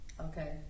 okay